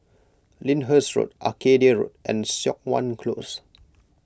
Lyndhurst Road Arcadia Road and Siok Wan Close